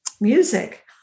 music